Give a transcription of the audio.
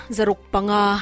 Zarukpanga